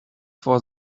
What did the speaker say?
for